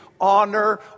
honor